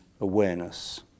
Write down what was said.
awareness